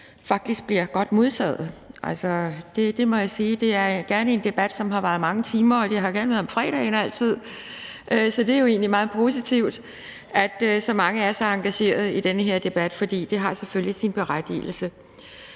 faktisk er blevet godt modtaget; det må jeg sige. Det er en debat, som gerne har varet mange timer, og det har altid været om fredagen. Så det er jo egentlig meget positivt, at så mange af os er engageret i den her debat, for det har selvfølgelig sin berettigelse.